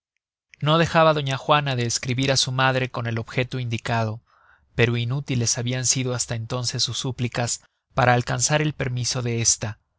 no dejaba doña juana de escribir á su madre con el objeto indicado pero inútiles habian sido hasta entonces sus súplicas para alcanzar el permiso de esta